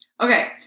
Okay